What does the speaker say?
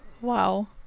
Wow